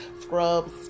scrubs